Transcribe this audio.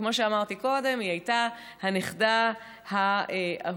וכמו שאמרתי קודם, היא הייתה הנכדה האהובה,